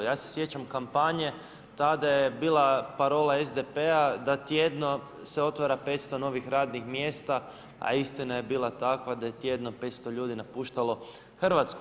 Ja se sjećam kampanje, tada je bila parola SDP-a da tjedno se otvara 500 novih radnih mjesta a istina je bila takva da je tjedno 500 ljudi napuštalo Hrvatsku.